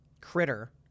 critter